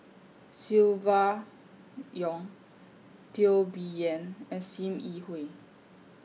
Silvia Yong Teo Bee Yen and SIM Yi Hui